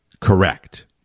correct